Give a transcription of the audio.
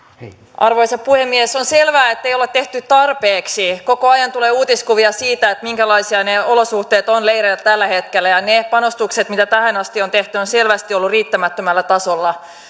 arvoisa puhemies on selvää että ei olla tehty tarpeeksi koko ajan tulee uutiskuvia siitä minkälaisia ne olosuhteet ovat leireillä tällä hetkellä ja ne panostukset mitä tähän asti on tehty ovat selvästi olleet riittämättömällä tasolla